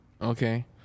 Okay